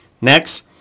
Next